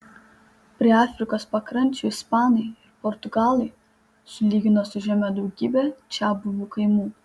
prie afrikos pakrančių ispanai ir portugalai sulygino su žeme daugybę čiabuvių kaimų